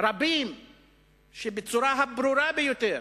רבים שבצורה הברורה ביותר,